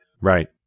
Right